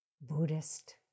Buddhist